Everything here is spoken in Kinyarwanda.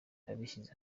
abishyize